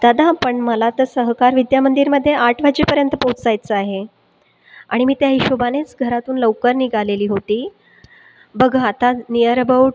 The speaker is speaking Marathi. दादा पण मला तर सहकार विद्या मंदिरमध्ये आठ वाजेपर्यंत पोहचायचं आहे आणि मी त्या हिशोबानेच घरातून लवकर निघालेली होती बघा आता निअर अबाउट